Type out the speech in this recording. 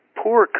poor